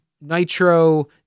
Nitro